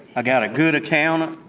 i got a good accountant,